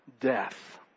death